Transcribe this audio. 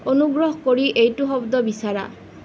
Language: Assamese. অনুগ্ৰহ কৰি এইটো শব্দ বিচাৰা